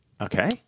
Okay